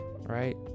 right